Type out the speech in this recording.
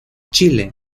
chile